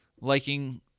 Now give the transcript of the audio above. liking